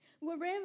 wherever